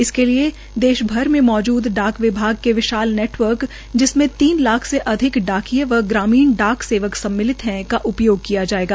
इसके लिए देश में मौजूद डाक सेवा विभाग के विशाल नेटवर्क जिसमें तीन लाख से अधिक डाकिए व ग्रामीण डाक सेवक सम्मिलित है का उपयोग किया जाएगा